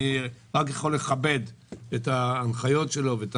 אני רק יכול לכבד את ההנחיות שלו ואת